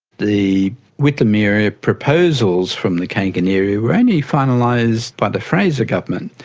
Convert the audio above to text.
the whitlam era proposals from the kangan era were only finalised by the fraser government,